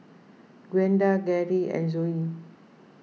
Gwenda Gerri and Zoie